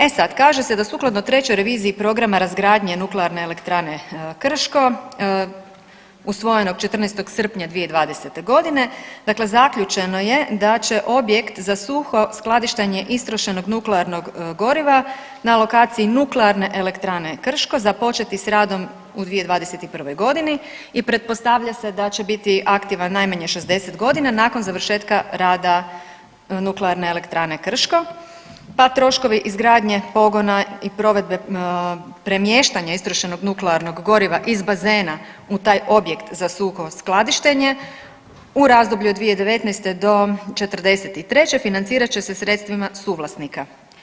E sad, kaže se da sukladno trećoj reviziji programa razgradnje nuklearne elektrane Krško usvojenog 14. srpnja 2020. godine, dakle zaključeno je da će objekt za suho skladištenje istrošenog nuklearnog goriva na lokaciji nuklearne elektrane Krško započeti sa radom u 2021. godini i pretpostavlja se da će biti aktivan najmanje 60 godina nakon završetka rada nuklearne elektrane Krško, pa troškove izgradnje pogona i provedbe premještanja istrošenog nuklearnog goriva iz bazena u taj objekt za suho skladištenje u razdoblju od 2019. do '43. financirat će se sredstvima suvlasnika.